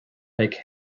make